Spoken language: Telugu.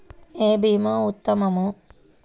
ఏ భీమా ఉత్తమము?